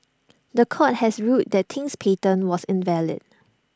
The Court had ruled that Ting's patent was invalid